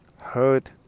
heard